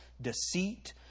deceit